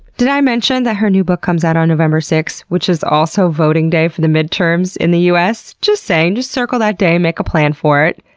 did i mention that her new book comes out on november six, which is also voting day for the midterms in the us? just saying. just circle that day, make a plan for it.